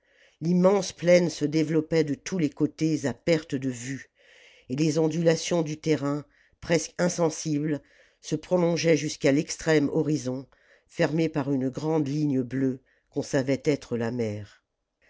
l'immense plaine se développait de tous les côtés à perte de vue et les ondulations du terrain presque insensibles se prolongeaient jusqu'à l'extrême horizon fermé par une grande ligne bleue qu'on savait être la mer